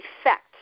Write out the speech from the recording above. effect